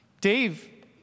Dave